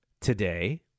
today